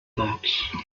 that